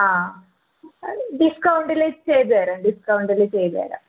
ആ ഡിസ്കൗണ്ടിൽ ചെയ്ത് തരാം ഡിസ്കൗണ്ടിൽ ചെയ്ത് തരാം